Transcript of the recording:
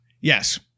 yes